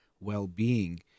well-being